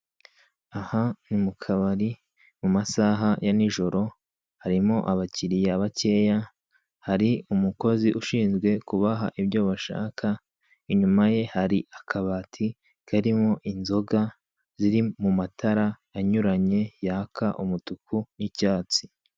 Aha ni mukabari mu masaha ya nijoro harimo abakiriya bakeya, hari umukozi ushinzwe kubaha ibyo bashaka, inyuma ye hari akabati karimo inzoga ziri mu matara anyuranye yaka umutuku n' icyatsi.